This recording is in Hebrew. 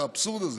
האבסורד הזה.